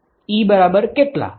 E